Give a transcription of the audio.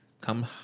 come